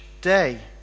day